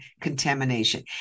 contamination